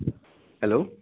hello